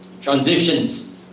Transitions